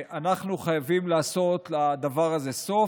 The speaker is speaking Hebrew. אנחנו חייבים לעשות לדבר הזה סוף.